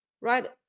right